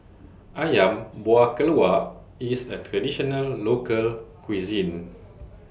Ayam Buah Keluak IS A Traditional Local Cuisine